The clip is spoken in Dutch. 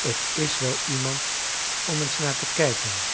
t is wel iemand om eens naar te kijken